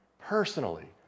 personally